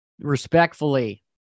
respectfully